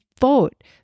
vote